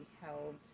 held